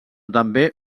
també